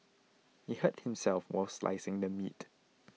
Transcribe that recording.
he hurt himself while slicing the meat